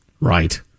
right